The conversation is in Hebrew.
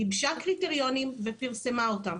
גיבשה קריטריונים ופירסמה אותם.